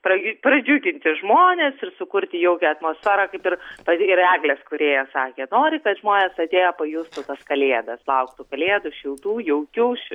pra pradžiuginti žmones ir sukurti jaukią atmosferą kaip ir pati ir eglės kūrėja sakė nori kad žmonės atėję pajustų tas kalėdas lauktų kalėdų šiltų jaukių